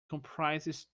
comprises